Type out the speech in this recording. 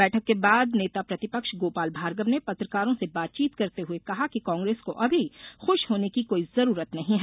बैठक के बाद नेता प्रतिपक्ष गोपाल भार्गव ने पत्रकारों से बातचीत करते हए कहा कि कांग्रेस को अभी खूश होने की कोई जरूरत नहीं है